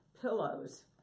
pillows